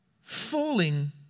falling